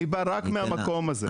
אני בא רק מהמקום הזה.